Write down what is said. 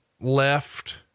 left